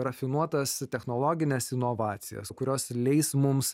rafinuotas technologines inovacijas kurios leis mums